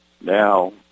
now